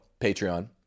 Patreon